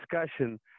discussion